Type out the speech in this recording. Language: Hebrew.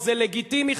זה לגיטימי,